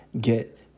get